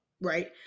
right